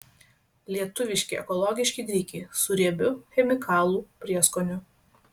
lietuviški ekologiški grikiai su riebiu chemikalų prieskoniu